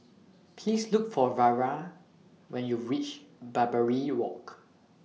Please Look For Vara when YOU REACH Barbary Walk